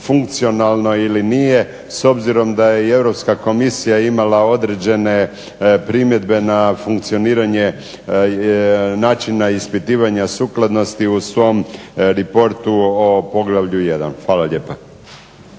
funkcionalno ili nije, s obzirom da je Europska Komisija imala određene primjedbe na funkcioniranje načina ispitivanja sukladnosti u svom riportu o poglavlju 1. Hvala lijepa.